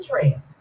trail